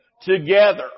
together